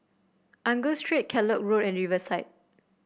Angus Street Kellock Road and Riverside